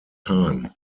time